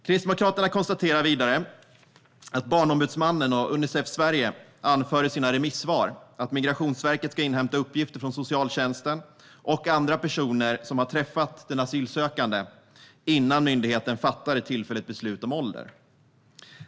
Kristdemokraterna konstaterar vidare att Barnombudsmannen och Unicef Sverige i sina remissvar anför att Migrationsverket ska inhämta uppgifter från socialtjänsten och andra personer som har träffat den asylsökande innan myndigheten fattar ett tillfälligt beslut om ålder.